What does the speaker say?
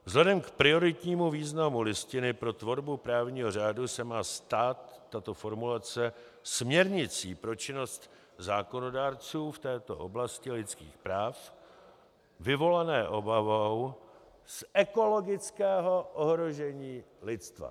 Vzhledem k prioritnímu významu Listiny pro tvorbu právního řádu se má stát tato formulace směrnicí pro činnost zákonodárců v této oblasti lidských práv, vyvolané obavou z ekologického ohrožení lidstva.